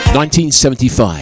1975